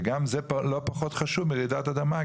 וגם זה לא פחות חשוב מרעידת אדמה.